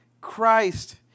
Christ